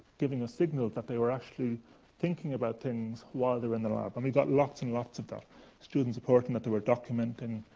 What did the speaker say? giving a signal that they were actually thinking about things while they were in the lab. i mean we got lots and lots of that students reporting that they were documenting,